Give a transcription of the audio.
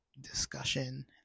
discussion